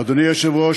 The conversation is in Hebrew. אדוני היושב-ראש,